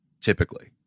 typically